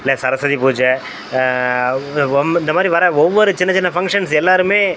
இல்லை சரஸ்வதி பூஜை வு ஒம்மு இந்த மாதிரி வர ஒவ்வொரு சின்ன சின்ன ஃபங்க்ஷன்ஸ் எல்லாருமே